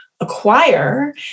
acquire